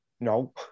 No